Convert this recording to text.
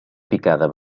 picada